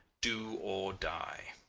do or die